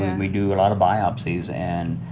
and we do a lot of biopsies and